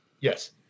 Yes